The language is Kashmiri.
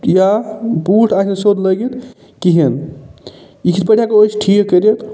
یا بوٗٹھ آسہِ نہٕ سیٚود لٲگِتھ کِہیٖنۍ یہِ کِتھ پٲٹھۍ ہٮ۪کَو أسۍ ٹھیٖک کٔرِتھ